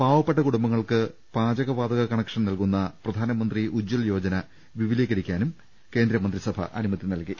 പാവപ്പെട്ട കുടുംബങ്ങൾക്ക് പാചക വാതക കണക്ഷൻ നൽകുന്ന പ്രധാനമന്ത്രി ഉജ്ജൽ യോജന വിപുലീകരിക്കാനും മന്ത്രിസഭ അനു മതി നൽകി